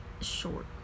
short